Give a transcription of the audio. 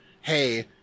hey